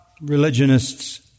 religionists